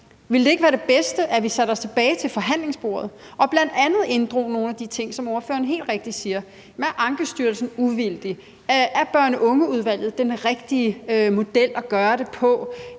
Ville det ikke være det bedste, at vi satte os tilbage til forhandlingsbordet og bl.a. inddrog nogle af de ting, som ordføreren helt rigtigt nævner? Er Ankestyrelsen uvildig? Er børn og unge-udvalget den rigtige model at bruge?